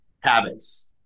habits